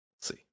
see